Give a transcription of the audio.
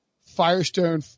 Firestone